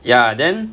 ya then